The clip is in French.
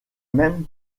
même